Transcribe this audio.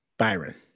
Byron